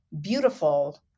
beautiful